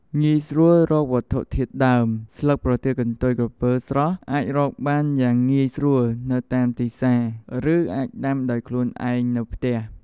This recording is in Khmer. ងាយស្រួលរកវត្ថុធាតុដើម ស្លឹកប្រទាលកន្ទុយក្រពើស្រស់អាចរកបានយ៉ាងងាយស្រួលនៅតាមទីផ្សារ ឬអាចដាំដោយខ្លួនឯងនៅផ្ទះ។